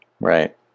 Right